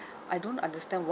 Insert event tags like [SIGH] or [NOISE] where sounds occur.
[BREATH] I don't understand what